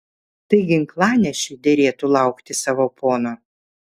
tai ginklanešiui derėtų laukti savo pono